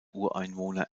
ureinwohner